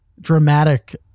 dramatic